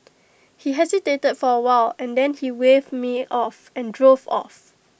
he hesitated for A while and then he waved me off and drove off